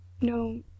No